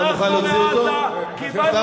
את זה שברחנו מעזה הביא עלינו טילים.